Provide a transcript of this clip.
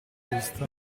vista